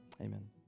Amen